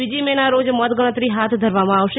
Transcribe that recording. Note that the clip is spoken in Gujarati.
બીજી મેના રોજ મતગણતરી હાથ ધરવામાં આવશે